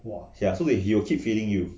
ya so they they will keep feeding you